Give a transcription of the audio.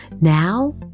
Now